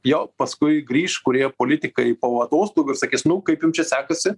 jo paskui grįš kurie politikai po atostogų ir sakys nu kaip jum čia sekasi